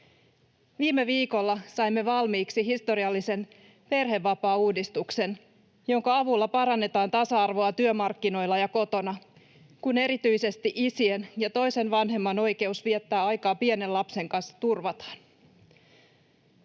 Viime viikolla saimme valmiiksi historiallisen perhevapaauudistuksen, jonka avulla parannetaan tasa-arvoa työmarkkinoilla ja kotona, kun erityisesti isien ja toisen vanhemman oikeus viettää aikaa pienen lapsen kanssa turvataan.